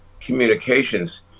communications